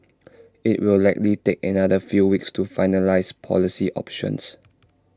IT will likely take another few weeks to finalise policy options